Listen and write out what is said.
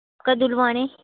कदूं लुआने